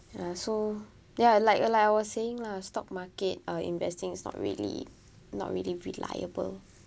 ya so ya like like I was saying lah stock market uh investing is not really not really reliable